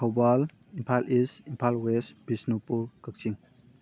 Thoubal Imphal East Imphal West Bishnupur Kakching